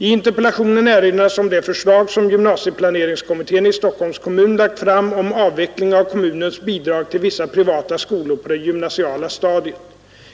I interpellationen erinras om det förslag som gymnasieplaneringskommittén i Stockholms kommun lagt fram om avveckling av kommunens bidrag till vissa privata skolor på det gymnasiala stadiet.